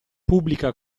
pubblica